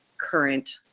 current